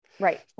Right